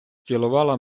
цілувала